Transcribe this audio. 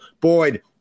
boyd